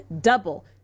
double